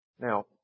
Now